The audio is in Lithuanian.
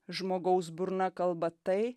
žmogaus burna kalba tai